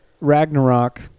Ragnarok